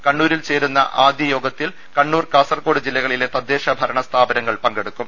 കണ്ണൂരിൽ ചേരുന്ന ആദ്യ യോഗത്തിൽ കണ്ണൂർ കാസർകോട് ജില്ലകളിലെ തദ്ദേശഭരണ ്രസ്ഥാപനങ്ങൾ പങ്കെടുക്കും